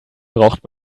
braucht